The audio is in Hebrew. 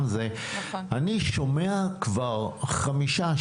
אני שומע כבר חמישה,